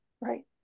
right